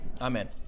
Amen